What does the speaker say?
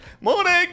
Morning